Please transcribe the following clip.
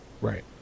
Right